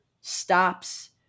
stops